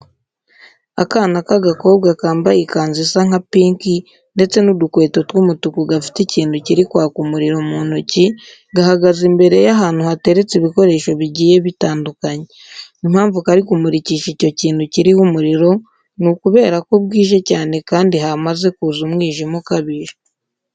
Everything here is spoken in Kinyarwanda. Akana k'agakobwa kambaye ikanzu isa nka pinki ndetse n'udukweto tw'umutuku gafite ikintu kiri kwaka umuriro mu ntoki, gahagaze imbere y'ahantu hateretse ibikoresho bigiye bitandukanye. Impamvu kari kumurikisha icyo kintu kiriho umuriro ni ukubera ko bwije cyane kandi hamaze kuza umwijima ukabije.